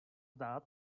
dát